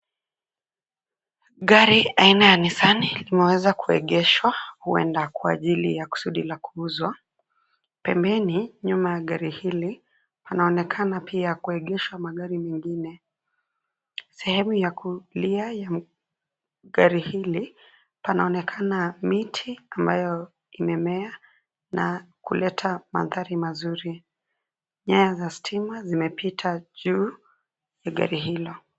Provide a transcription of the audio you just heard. Gari aina ya nissani limeweza kuegeshwa, huenda kwa ajili ya kusudi la kuuzwa. Pembeni, nyuma ya gari hili, panaonekana pia kuegeshwa magari mengine, sehemu ya kulia ya, gari hili, panaonekana miti ambayo, imemea, na, kuleta mandhari mazuri. Nyaya za stima zimepita juu, ya gari hilo.